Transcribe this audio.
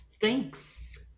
thanks